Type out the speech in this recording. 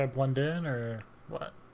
um one dinner when